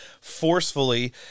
forcefully